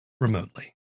remotely